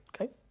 Okay